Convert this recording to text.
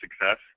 success